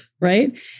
right